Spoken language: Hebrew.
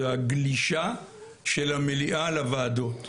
זה הגלישה של המליאה לוועדות,